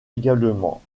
également